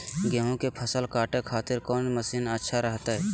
गेहूं के फसल काटे खातिर कौन मसीन अच्छा रहतय?